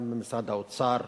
גם במשרד האוצר.